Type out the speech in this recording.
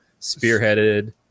spearheaded